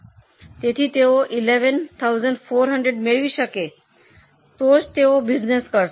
તેથી તેઓ 11400 મેળવી શકે તો જ તેઓ બિઝનેસ કરશે